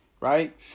right